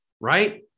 right